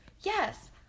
yes